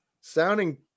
sounding